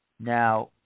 Now